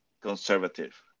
conservative